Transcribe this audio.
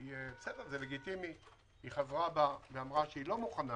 היא חזרה בה ואמרה שהיא לא מוכנה